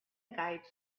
guides